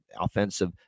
offensive